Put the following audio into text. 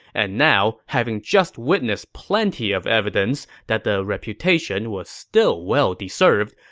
and now, having just witnessed plenty of evidence that the reputation was still well-deserved,